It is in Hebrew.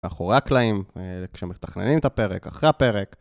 מאחורי הקלעים כשמתכננים את הפרק, אחרי הפרק